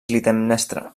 clitemnestra